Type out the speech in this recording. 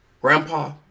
Grandpa